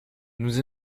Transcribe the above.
nous